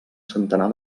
centenar